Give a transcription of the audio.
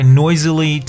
noisily